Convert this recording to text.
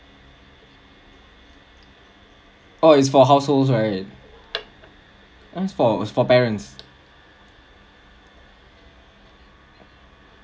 oh it's for households right it's for for parents